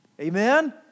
Amen